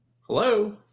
Hello